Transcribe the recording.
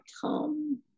come